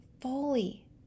fully